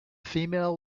female